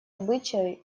обычай